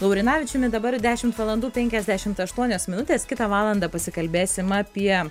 laurinavičiumi dabar dešimt valandų penkiasdešimt aštuonios minutės kitą valandą pasikalbėsim apie